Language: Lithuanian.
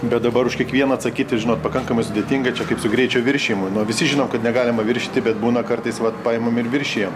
bet dabar už kiekvieną atsakyti žinot pakankamai sudėtinga čia kaip su greičio viršijimu nu visi žinom kad negalima viršyti bet būna kartais vat paimam ir viršijam